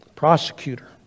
Prosecutor